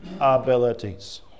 abilities